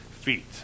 feet